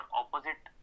opposite